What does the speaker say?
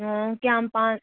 ꯑꯣ ꯀꯌꯥꯝ ꯄꯥꯟ